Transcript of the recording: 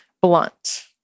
blunt